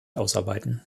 ausarbeiten